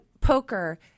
poker